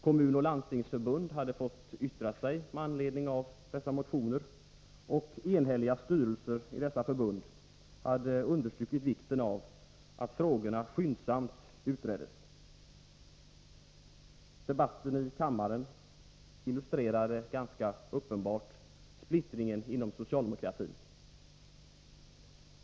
Kommunoch landstingsförbunden hade fått yttra sig med anledning av dessa motioner, och enhälliga styrelser i dessa förbund hade understrukit vikten av att frågorna skyndsamt utreddes. Debatten i kammaren illustrerade ganska uppenbart splittringen inom socialdemokratin.